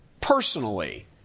personally